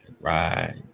Right